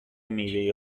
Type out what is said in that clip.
میوه